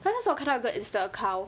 then 那时候我看到一个 insta account